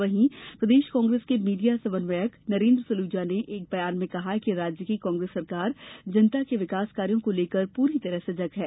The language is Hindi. वहीं प्रदेश कांग्रेस के मीडिया समन्वयक नरेन्द्र सलूजा ने एक बयान में कहा कि राज्य कि कांग्रेस सरकार जनता के विकास कार्यो को लेकर पूरी तरह सजग है